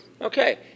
Okay